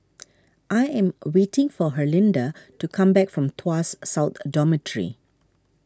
I am waiting for Herlinda to come back from Tuas South a Dormitory